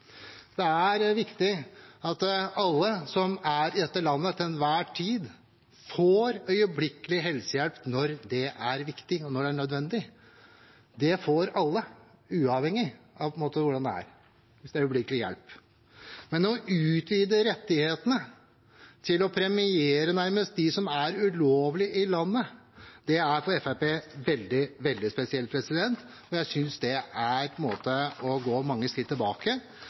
Det er viktig at alle som er i dette landet til enhver tid, får øyeblikkelig helsehjelp når det er viktig, og når det er nødvendig. Det får alle, uavhengig av hvordan det er, hvis det gjelder øyeblikkelig hjelp. Men å utvide rettighetene til nærmest å premiere dem som er ulovlig i landet, er for Fremskrittspartiet veldig, veldig spesielt. Jeg synes det på en måte er å gå mange skritt tilbake